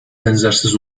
benzersiz